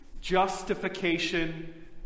justification